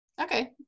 Okay